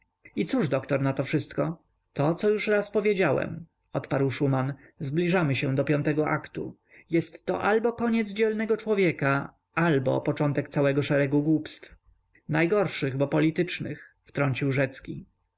i cóż doktor na to wszystko to co już raz powiedziałem odparł szuman zbliżamy się do piątego aktu jest to albo koniec dzielnego człowieka albo początek całego szeregu głupstw najgorszych bo politycznych wtrącił rzecki